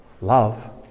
love